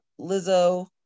Lizzo